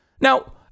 Now